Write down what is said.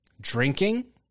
Drinking